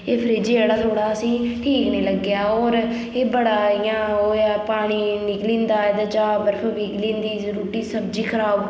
एह् फ्रिज जेह्ड़ा थुआड़ा असें ठीक नी लग्गेआ होर एह् बड़ा इयां ओह् होएया इयां पानी निकली जंदा एहदे चा बर्फ पिघली जंदी रुट्टी सब्जी खराब